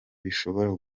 bishobora